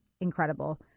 incredible